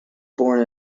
born